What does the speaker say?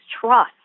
trust